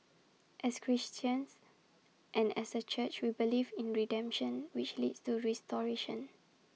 as Christians and as A church we believe in redemption which leads to restoration